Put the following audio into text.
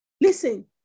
listen